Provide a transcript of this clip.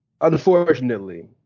Unfortunately